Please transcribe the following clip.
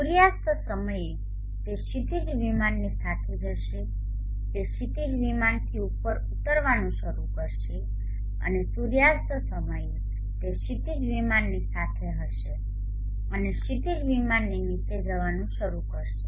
સૂર્યાસ્ત સમયે તે ક્ષિતિજ વિમાનની સાથે જ હશે તે ક્ષિતિજ વિમાનથી ઉપર ઉતરવાનું શરૂ કરશે અને સૂર્યાસ્ત સમયે તે ક્ષિતિજ વિમાનની સાથે હશે અને ક્ષિતિજ વિમાનની નીચે જવાનું શરૂ કરશે